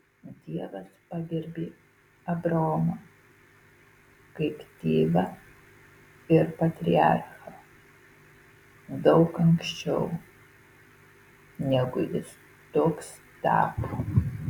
dievas pagerbė abraomą kaip tėvą ir patriarchą daug anksčiau negu jis toks tapo